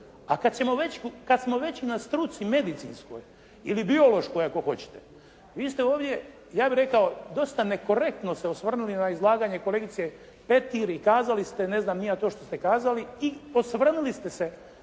kad smo već na struci medicinskoj ili biološkoj ako hoćete, vi ste ovdje ja bih rekao dosta nekorektno se osvrnuli na izlaganje kolegice Petir i kazali ste, ne znam ni ja, to što ste kazali i osvrnuli ste se